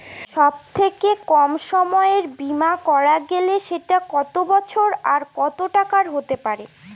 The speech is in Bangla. সব থেকে কম সময়ের বীমা করা গেলে সেটা কত বছর আর কত টাকার হতে পারে?